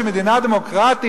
שהיא מדינה דמוקרטית,